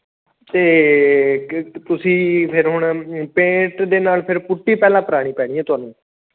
ਅਤੇ ਤੁਸੀਂ ਫਿਰ ਹੁਣ ਪੇਂਟ ਦੇ ਨਾਲ ਫਿਰ ਪੁੱਟੀ ਪਹਿਲਾਂ ਭਰਾਉਣੀ ਪੈਣੀ ਹੈ ਤੁਹਾਨੂੰ